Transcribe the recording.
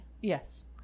Yes